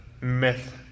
myth